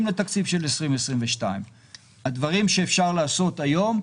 לתקציב של 2022. הדברים שאפשר לעשות היום,